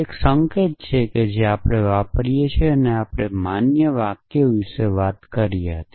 તે એક સંકેત છે કે જે આપણે વાપરીએ છીએ આપણે માન્ય વાક્યો વિશે વાત કરી હતી